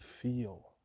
feel